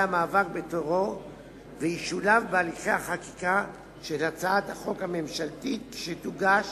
המאבק בטרור וישולב בהליכי החקיקה של הצעת החוק הממשלתית שתוגש,